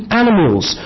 animals